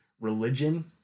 religion